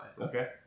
Okay